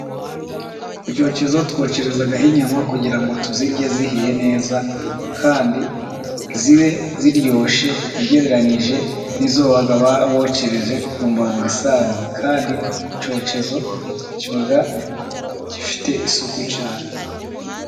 Ku cyokezo twokerezaho inyama kugira ngo tuzirye zihiye neza kandi zibe ziryoshye ugereranyije n'izo baba bokereje ku mbabura isanzwe, kandi icyokezo kiba gifite isuku cyane.